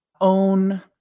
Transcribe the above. own